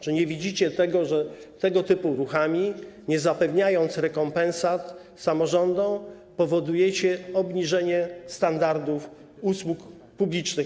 Czy nie widzicie tego, że tego typu ruchami, nie zapewniając rekompensat samorządom, powodujecie obniżenie standardów usług publicznych?